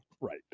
Right